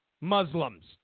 Muslims